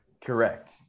Correct